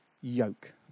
yoke